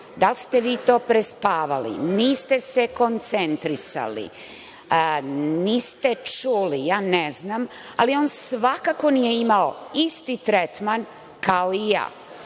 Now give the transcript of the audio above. Da li ste vi to prespavali, niste se koncentrisali, niste čuli, ne znam, ali on svakako nije isti tretman kao i ja. On